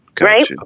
Right